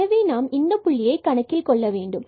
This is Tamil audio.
எனவே நாம் இந்த புள்ளியை கணக்கில் கொள்ள வேண்டும்